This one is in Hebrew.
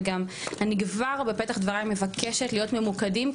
וגם אני כבר בפתח דבריי מבקשת להיות ממוקדים,